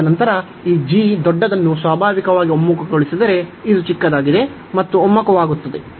ತದನಂತರ ಈ g ದೊಡ್ಡದನ್ನು ಸ್ವಾಭಾವಿಕವಾಗಿ ಒಮ್ಮುಖಗೊಳಿಸಿದರೆ ಇದು ಚಿಕ್ಕದಾಗಿದೆ ಮತ್ತು ಒಮ್ಮುಖವಾಗುತ್ತದೆ